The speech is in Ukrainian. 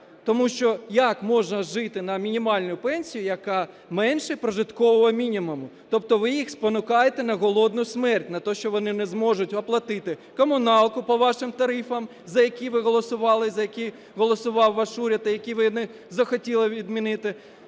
Тому що як можна жити на мінімальну пенсію, яка менша прожиткового мінімуму? Тобто ви їх спонукаєте на голодну смерть, на те, що вони не зможуть оплатити комуналку по вашим тарифам, за які ви голосували, за які голосував ваш уряд, які ви не захотіли відмінити,